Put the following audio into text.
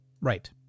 Right